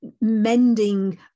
mending